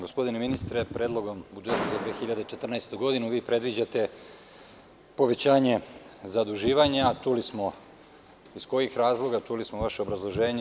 Gospodine ministre Predlogom budžeta za 2014. godinu vi predviđate povećanje zaduživanja, a čuli smo iz kojih razloga, čuli smo vaše obrazloženje.